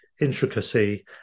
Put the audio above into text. intricacy